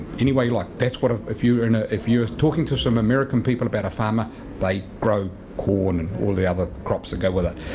anyway you like that's what, ah if you know if you're talking to some american people about a farmer they grow corn and all the other crops that go with it.